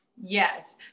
Yes